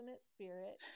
spirit